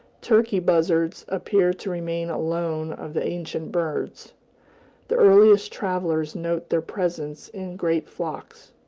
turkey buzzards appear to remain alone of the ancient birds the earliest travelers note their presence in great flocks,